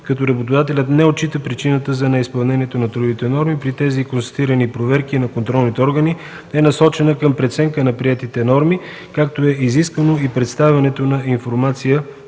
като работодателят не отчита причината за неизпълнението на трудовите норми. При тези констатации проверката на контролните органи е насочена към преценка на приетите норми, като е изискано представянето на информация